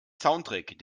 soundtrack